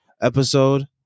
episode